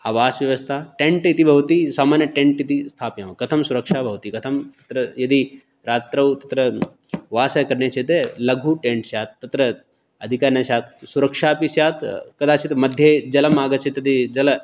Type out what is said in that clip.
आवासव्यवस्था टेण्ट् इति भवति सामान्य टेण्ट् इति स्थापयामः कथं सुरक्षा भवति कथं तत्र यदि रात्रौ तत्र वासः करणीयः चेत् लघु टेण्ट् स्यात् तत्र अधिकं न स्यात् सुरक्षा अपि स्यात् कदाचित् मध्ये जलम् आगच्छति यदि जल